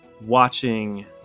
watching